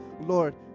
Lord